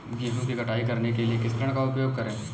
गेहूँ की कटाई करने के लिए किस उपकरण का उपयोग करें?